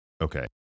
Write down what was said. okay